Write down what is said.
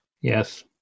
Yes